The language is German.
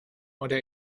oder